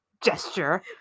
gesture